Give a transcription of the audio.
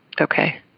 Okay